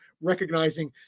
recognizing